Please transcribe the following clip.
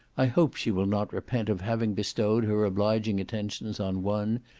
i hope she will not repent of having bestowed her obliging attentions on one,